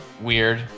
weird